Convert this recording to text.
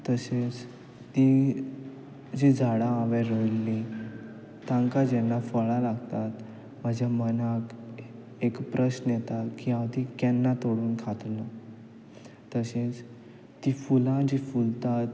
तशेंच तीं जीं झाडां हांवें रोंयल्ली तांकां जेन्ना फळां लागतात म्हज्या मनाक एक प्रश्न येता की हांव ती केन्ना तोडून खातलों तशेंच तीं फुलां जीं फुलतात